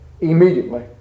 immediately